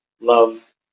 love